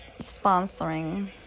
sponsoring